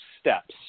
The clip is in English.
steps